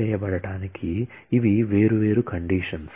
చేయబడటానికి ఇవి వేర్వేరు కండీషన్స్